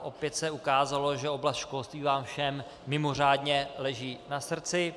Opět se ukázalo, že oblast školství vám všem mimořádně leží na srdci.